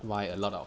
why a lot of